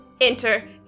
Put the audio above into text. Enter